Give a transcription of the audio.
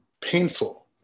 painful